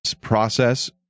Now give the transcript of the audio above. process